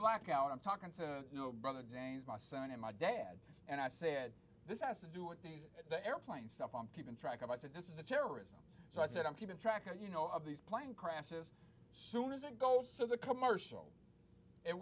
blackout i'm talking to you know brother my son and my dad and i said this s a do it the airplane stuff i'm keeping track of i said this is the terrorism so i said i'm keeping track of you know of these plane crashes soon as it goes to the commercial